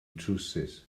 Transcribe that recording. drywsus